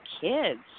kids